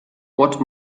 what